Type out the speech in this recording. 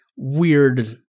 weird